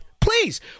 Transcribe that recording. please